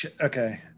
okay